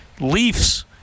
Leafs